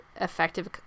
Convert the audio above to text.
effective